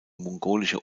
mongolische